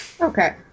Okay